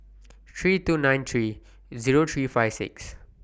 three two nine three Zero three five six